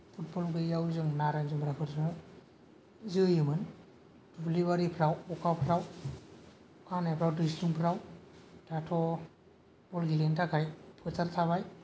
football गैयियाव जों नारें जुमब्राफोरजों जोयोमोन दुब्लिबारिफोराव अखाफ्राव अखा हानायफोराव दैस्लुंफ्राव दाथ' बल गेलेनो थाखाय फोथार थाबाय